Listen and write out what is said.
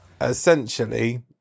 essentially